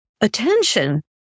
attention